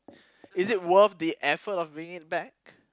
is it worth the effort of bringing it back